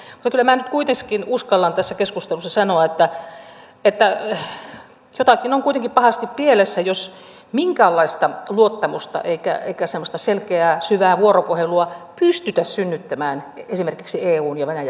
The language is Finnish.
mutta kyllä minä nyt kuitenkin uskallan tässä keskustelussa sanoa että jotakin on kuitenkin pahasti pielessä jos ei minkäänlaista luottamusta eikä semmoista selkeää syvää vuoropuhelua pystytä synnyttämään esimerkiksi eun ja venäjän välillä